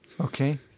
Okay